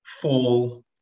fall